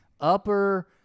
upper